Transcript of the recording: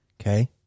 Okay